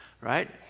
right